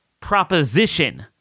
proposition